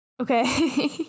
Okay